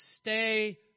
Stay